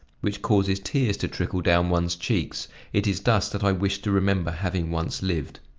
which causes tears to trickle down one's cheeks it is thus that i wish to remember having once lived.